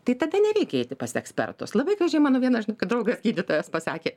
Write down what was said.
tai tada nereikia eiti pas ekspertus labai gražiai mano vienas žinokit draugas gydytojas pasakė